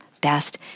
best